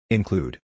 Include